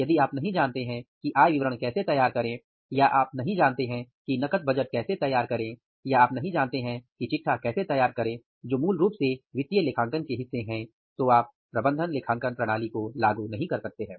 यदि आप नहीं जानते हैं कि आय विवरण कैसे तैयार करें या आप नहीं जानते हैं कि नकद बजट कैसे तैयार करें जो मूल रूप से वित्तीय लेखांकन के हिस्से हैं तो आप प्रबंधन लेखांकन प्रणाली को लागू नहीं कर सकते हैं